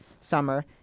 summer